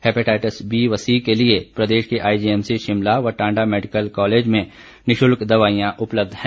hepatitis B व C के लिए प्रदेश के आईजीएसमसी शिमला व टांडा मेडिकल कॉलेज में निःशुल्क दवाईयां उपलब्ध हैं